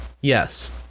Yes